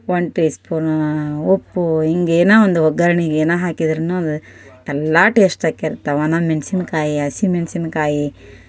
one tea ಸ್ಪೂನೂ ಉಪ್ಪು ಹೀಗೆ ಏನೋ ಒಂದು ಒಗ್ಗರ್ಣಿಗೆ ಏನೇ ಹಾಕಿದ್ರೂನೂ ಅದು ಎಲ್ಲ ಟೇಶ್ಟ್ ಆಗಿರ್ತವೆ ಒಣಮೆಣ್ಸಿನ್ಕಾಯಿ ಹಸಿಮೆಣ್ಸಿನ್ಕಾಯಿ